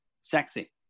Sexy